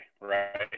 right